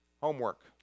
homework